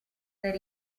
per